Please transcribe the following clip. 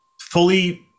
fully